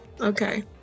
Okay